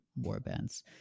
warbands